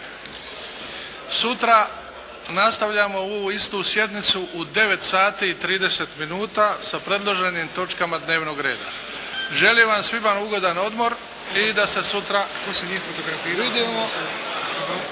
sutra nastavljamo ovu istu sjednicu u 9 sati i 30 minuta sa predloženim točkama dnevnog reda. Želim vam svima ugodan odmor i da se sutra